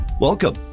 Welcome